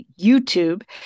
YouTube